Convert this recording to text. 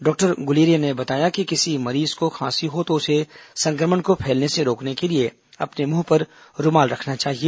doctor Guleria ने बताया कि किसी मरीज को खांसी हो तो उसे संक्रमण को फैलने से रोकने के लिए अपने मुंह पर रूमाल रखना चाहिए